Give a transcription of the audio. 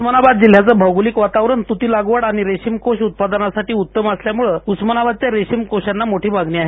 उस्मानाबाद जिल्हयाच औगोलिक वातावरण तृती लागवड आणि रेशीम कोष उत्पादनासाठी उत्तम असल्यामुळ उस्मानाबादच्या रेशीम कोषात्ती मोठी मागणी आहे